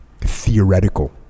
theoretical